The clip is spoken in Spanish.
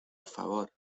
favor